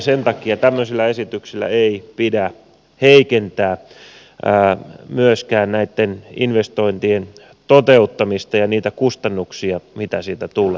sen takia tämmöisillä esityksillä ei pidä heikentää myöskään näitten investointien toteuttamista ja niitä kustannuksia mitä siitä tulee